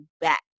back